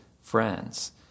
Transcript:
friends